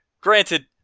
granted